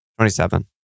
27